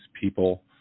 people